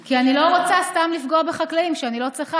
כי אני לא רוצה סתם לפגוע בחקלאים שאני לא צריכה